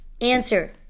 answer